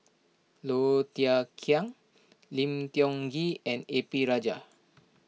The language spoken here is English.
Low Thia Khiang Lim Tiong Ghee and A P Rajah